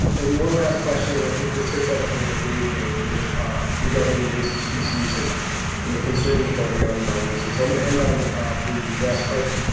and one last question. and i think this hits at a point that dave made regarding invasive species and and the concerns about the unknown. and so i'm going to end on the grass carp,